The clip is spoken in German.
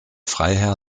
freiherr